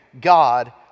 God